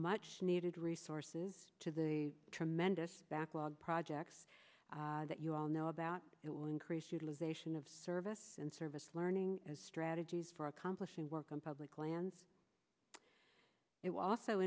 much needed resources to the tremendous backlog projects that you all know about it will increase utilization of service and service learning as strategies for accomplishing work on public lands it